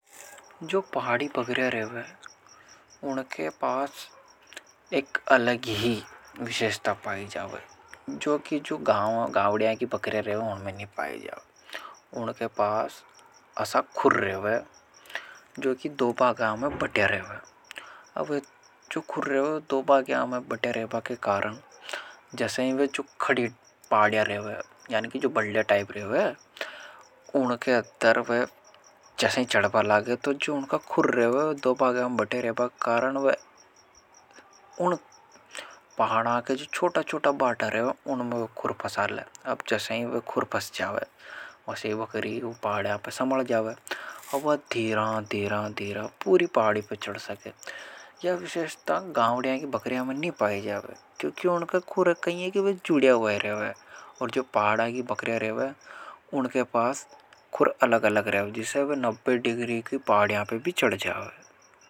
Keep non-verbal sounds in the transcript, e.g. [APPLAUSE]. जो पहाड़ी बकरियां रहे उनके पास एक अलग ही विशेष्टा पाई जाओ जो कि जो गावडियां की बकरियां रहे हैं उनमें नहीं पाई जाओग उनके पास असा खुर रहे हैं जो कि दो बागयां में बटे रहे हैं अब जो खुर रहे हैं दो बागयां में बटे र। [UNINTELLIGIBLE] इनका खुरर दुबाग बटिए है बटिए है कारण वह इन पहारां के छोटा-छोटा बाटा रहे हैं उनमें खुर पसा ल अब जैसे उन। खुर पस जाओ सही वकली पाड़े आप समाल जाओ और कि वह धीरान धीरान धीरान पूरी पाड़ी पर चड़ सके या। विशेष्ट का गांवडयां की बकरी में नी पाईं जावे क्योंकि की उनके खूर कई हे कि जुड़ियां हुआ रेवे और जो पहाड़ की बकरियां रेवे। उनके पास खुर अलग-अलग रहा है जिसे वह नब्बे डिगरी की पाड़ियां पर भी चड़ जाओ।